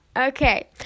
Okay